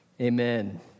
amen